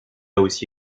aussi